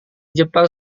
jepang